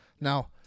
Now